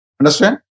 Understand